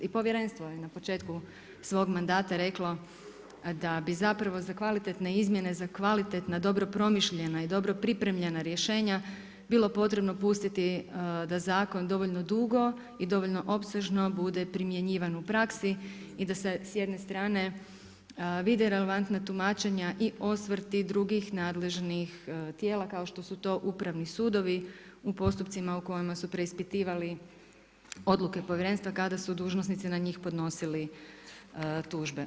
I povjerenstvo je na početku svog mandata reklo da bi zapravo za kvalitetne izmjene, za kvalitetna dobro promišljena i dobro pripremljena rješenja bilo potrebno pustiti da zakon dovoljno dugo i dovoljno opsežno bude primjenjivan u praksi i da se s jedne strane vide relevantna tumačenja i osvrti drugih nadležnih tijela kao što su to upravni sudovi u postupcima u kojima su preispitivali odluke povjerenstva kada su dužnosnici na njih podnosili tuže.